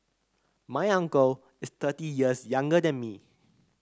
my uncle is thirty years younger than me